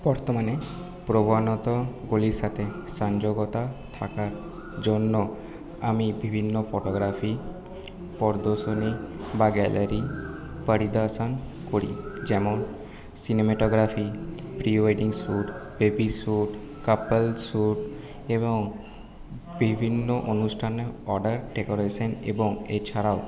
বর্তমানে প্রবনত কলির সাথে সংযোগতা থাকার জন্য আমি বিভিন্ন ফটোগ্রাফি প্রদর্শনী বা গ্যালারি পরিদর্শন করি যেমন cinematography pre wedding shoot baby shoot couple shoot এবং বিভিন্ন অনুষ্ঠানে অর্ডার ডেকরেশান এবং এছাড়াও